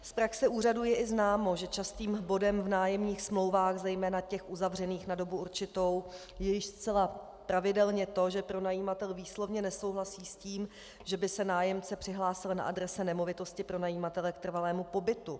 Z praxe úřadů je i známo, že častým bodem v nájemních smlouvách, zejména těch uzavřených na dobu určitou, je již zcela pravidelně to, že pronajímatel výslovně nesouhlasí s tím, že by se nájemce přihlásil na adrese nemovitosti pronajímatele k trvalému pobytu.